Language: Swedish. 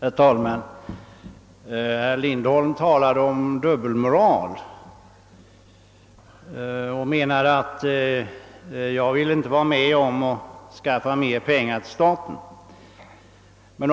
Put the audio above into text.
Herr talman! Herr Lindholm talade om dubbelmoral och menade att jag inte ville vara med om att skaffa mer pengar till staten.